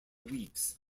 weeks